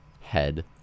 head